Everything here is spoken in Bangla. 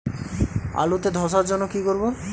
আলুতে ধসার জন্য কি করব?